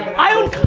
i owned